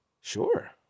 Sure